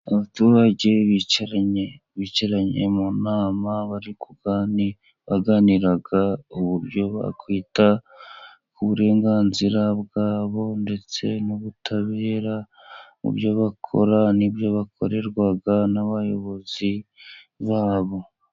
Abaturage bicaranye, bicaranye mu nama baganiraga uburyo bakwita k'uburenganzira bwabo ndetse n'ubutabera mu byo bakora n'ibyo bakorerwa n'abayobozi babo.